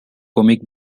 comic